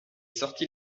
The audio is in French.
sortit